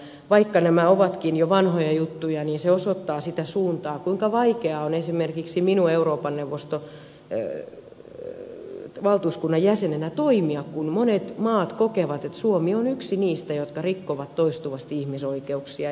vaikka nämä ovatkin jo vanhoja juttuja niin se osoittaa sitä suuntaa kuinka vaikeaa on esimerkiksi minun euroopan neuvoston valtuuskunnan jäsenenä toimia kun monet maat kokevat että suomi on yksi niistä joka rikkoo toistuvasti ihmisoikeuksia